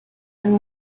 and